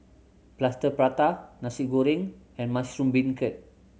Plaster Prata Nasi Goreng and mushroom beancurd